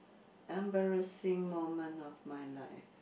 embarrassing moment of my life